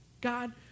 God